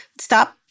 Stop